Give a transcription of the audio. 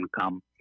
come